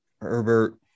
Herbert